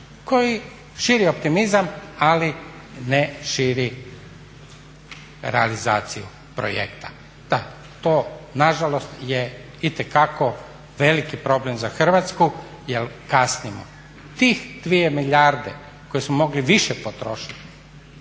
koje širi optimizam, ali ne širi realizaciju projekta. Da, to nažalost je itekako veliki problem za Hrvatsku jer kasnimo. Tih 2 milijarde koje smo mogli više potrošit